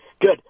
Good